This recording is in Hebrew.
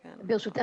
ברשותך,